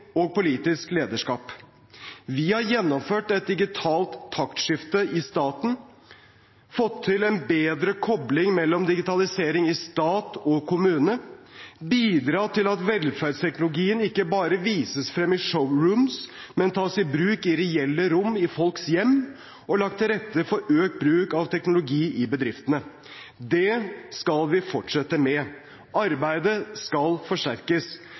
og politisk lederskap. Vi har gjennomført et digitalt taktskifte i staten, fått til en bedre kobling mellom digitalisering i stat og kommune, bidratt til at velferdsteknologien ikke bare vises frem i showrooms, men tas i bruk i reelle rom i folks hjem, og lagt til rette for økt bruk av teknologi i bedriftene. Det skal vi fortsette med. Arbeidet skal forsterkes.